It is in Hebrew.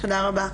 תודה רבה.